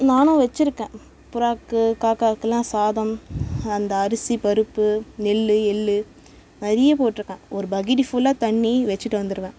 நானும் வச்சுருக்கேன் புறாக்கு காக்காக்கெலாம் சாதம் அந்த அரிசி பருப்பு நெல் எள் நிறைய போட்டிருக்கேன் ஒரு பக்கெட்டு ஃபுல்லாக தண்ணி வச்சுட்டு வந்துடுவேன்